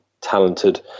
talented